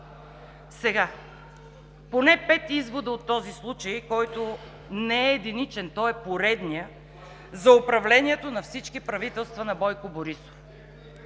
Сега поне пет извода от този случай, който не е единичен. Той е поредният за управлението на всички правителства на Бойко Борисов.